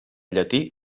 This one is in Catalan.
llatí